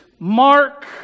mark